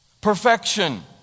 perfection